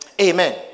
Amen